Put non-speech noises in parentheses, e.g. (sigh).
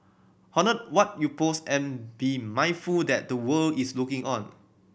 (unintelligible) what you post and be mindful that the world is looking on